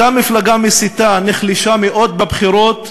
אותה מפלגה מסיתה נחלשה מאוד בבחירות,